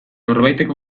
norbaitek